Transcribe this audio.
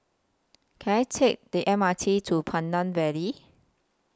Can I Take The M R T to Pandan Valley